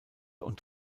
und